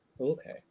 Okay